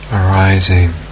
arising